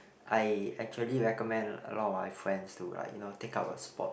I actually recommend a lot of my friends to like you know take up a sport